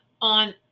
on